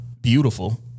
Beautiful